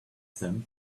them